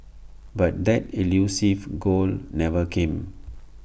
but that elusive goal never came